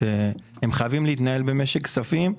הם חייבים להתנהל במשק כספים.